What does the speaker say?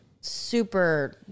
super